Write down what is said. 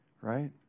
Right